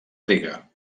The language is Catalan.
riga